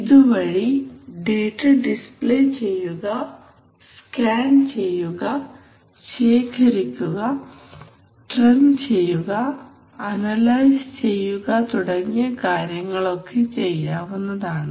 ഇതുവഴി data display ചെയ്യുക scan ചെയ്യുക ശേഖരിക്കുക ട്രെൻഡ് ചെയ്യുക അനലൈസ് ചെയ്യുക തുടങ്ങിയ കാര്യങ്ങളൊക്കെ ചെയ്യാവുന്നതാണ്